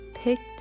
picked